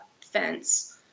fence